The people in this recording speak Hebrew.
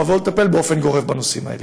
אבל לטפל באופן גורף בנושאים האלה.